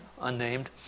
unnamed